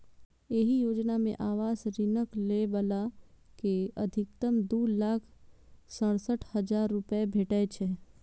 एहि योजना मे आवास ऋणक लै बला कें अछिकतम दू लाख सड़सठ हजार रुपैया भेटै छै